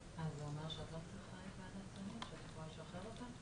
אני רק אומר: אנחנו בסיטואציה שאתם רואים שאנחנו הולכים להחמרה.